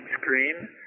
screen